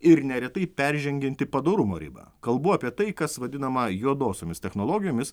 ir neretai peržengianti padorumo ribą kalbu apie tai kas vadinama juodosiomis technologijomis